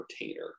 retainer